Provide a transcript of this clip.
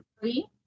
three